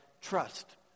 trust